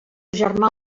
germà